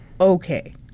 okay